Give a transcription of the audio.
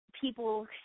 people